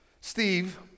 Steve